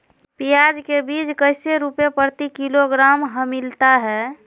प्याज के बीज कैसे रुपए प्रति किलोग्राम हमिलता हैं?